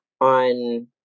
on